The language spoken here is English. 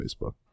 Facebook